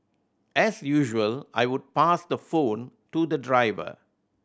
as usual I would pass the phone to the driver